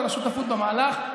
על השותפות במהלך.